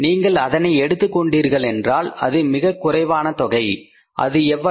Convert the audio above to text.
நீங்கள் அதனை எடுத்துக் கொண்டீர்கள் என்றால் அது மிகக் குறைவான தொகை அது எவ்வளவு